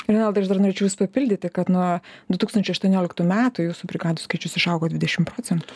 renaldai aš dar norėčiau jus papildyti kad na du tūkstančiai aštuonioliktų metų jūsų brigadų skaičius išaugo dvidešim procentų